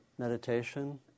meditation